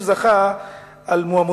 הוא זכה במועמדותו,